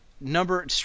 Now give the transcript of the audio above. number